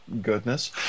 Goodness